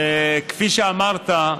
כפי שאמרת,